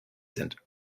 sind